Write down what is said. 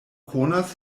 konas